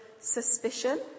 suspicion